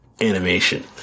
animation